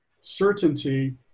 certainty